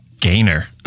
gainer